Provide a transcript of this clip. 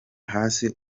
hasi